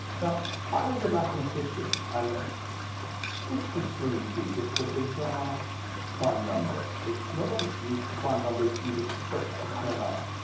now i was a mathematician and fifty three teeth, it's a bizarre prime number. it's not a um prime number you'd expect to turn up,